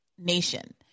Nation